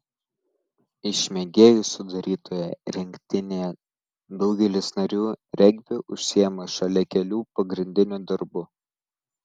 iš mėgėjų sudarytoje rinktinėje daugelis narių regbiu užsiima šalia kelių pagrindinių darbų